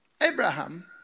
Abraham